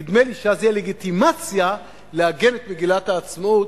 נדמה לי שאז תהיה לגיטימציה לעגן את מגילת העצמאות,